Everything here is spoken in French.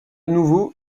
nouveau